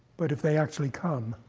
but if they actually come,